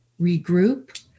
regroup